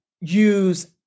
use